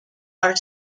are